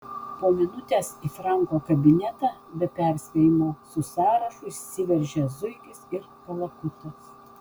po minutės į franko kabinetą be perspėjimo su sąrašu įsiveržė zuikis ir kalakutas